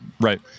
Right